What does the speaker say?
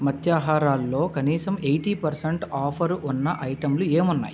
మత్స్యాహారాలులో కనీసం eighty percent offer ఉన్న ఐటెంలు ఏమున్నాయి